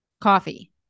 Coffee